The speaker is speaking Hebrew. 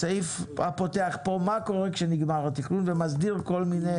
הסעיף הפותח פה מה קורה כשנגמר התכנון ומסדיר כל מיני,